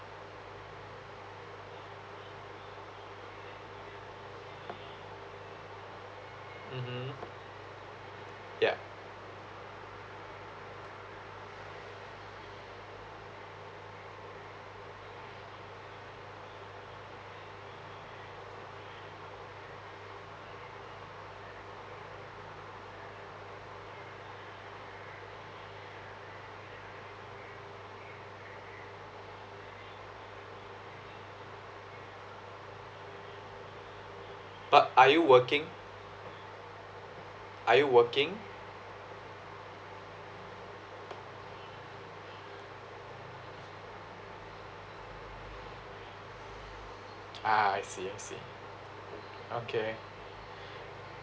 mmhmm ya but are you working are you working ah I see I see okay